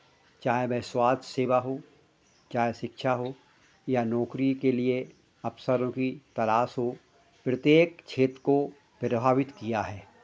चाहे वह स्वास्थ्य सेवा हो चाहे शिक्षा हो या नौकरी के लिए अवसरों की तलाश हो प्रत्येक क्षेत्र को प्रभावित किया है